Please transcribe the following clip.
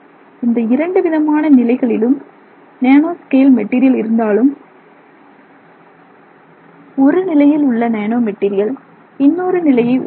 இந்த இரண்டு விதமான நிலைகளிலும் நேனோ ஸ்கேல் மெட்டீரியல் இருந்தாலும் ஒரு நிலையில் உள்ள நேனோ மெட்டீரியல் இன்னொரு நிலையை ஒப்பிடும்போது